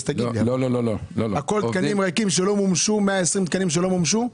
120 תקנים שלא מומשו?